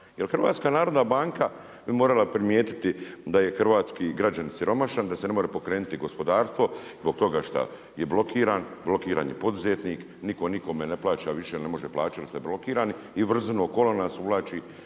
HNB. Jer HNB je morala primijetiti da je hrvatski građanin siromašan, da se ne može pokrenuti gospodarstvo zbog toga šta je blokiran, blokiran je poduzetnik, nitko nikome ne plaća više jer ne može plaćati jer ste blokirani i u vrzino kolo nas uvlači